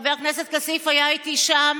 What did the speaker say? חבר הכנסת כסיף היה איתי שם.